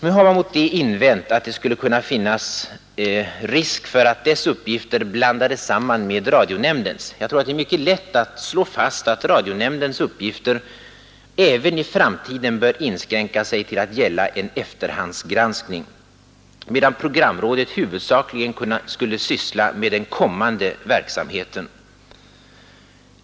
Man har mot detta invänt att det skulle finnas risk för att rådets uppgifter blandades samman med radionämndens. Det är mycket lätt att slå fast att radionämndens uppgifter även i framtiden bör inskränka sig till att gälla en eftergranskning medan programrådet i huvudsak skulle syssla med den kommande verksamheten.